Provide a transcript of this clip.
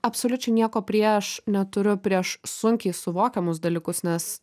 absoliučiai nieko prieš neturiu prieš sunkiai suvokiamus dalykus nes